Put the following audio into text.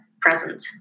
present